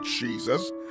Jesus